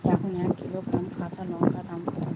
এখন এক কিলোগ্রাম কাঁচা লঙ্কার দাম কত?